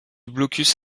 blocus